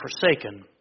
forsaken